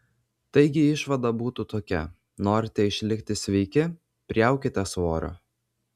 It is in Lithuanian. taigi išvada būtų tokia norite išlikti sveiki priaukite svorio